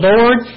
Lord